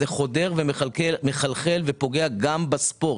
זה חודר ומחלחל ופוגע גם בספורט.